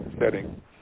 setting